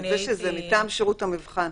שזה מטעם שירות המבחן,